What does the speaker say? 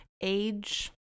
age